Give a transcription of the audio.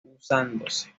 usándose